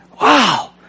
Wow